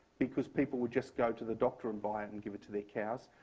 because people would just go to the doctor and buy it and give it to their cows.